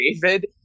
David